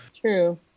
true